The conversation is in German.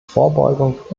vorbeugung